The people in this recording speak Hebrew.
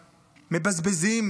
מבזבזים,